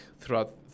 throughout